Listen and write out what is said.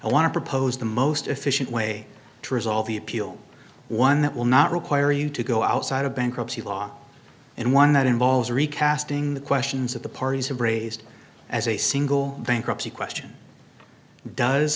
to propose the most efficient way to resolve the appeal one that will not require you to go outside of bankruptcy law and one that involves recasting the questions of the parties have raised as a single bankruptcy question does